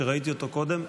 ראיתי אותו קודם,